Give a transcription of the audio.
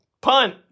Punt